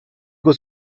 was